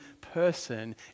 person